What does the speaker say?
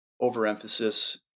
overemphasis